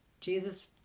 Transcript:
Jesus